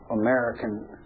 American